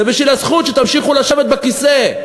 זה בשביל הזכות שתמשיכו לשבת בכיסא,